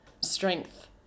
strength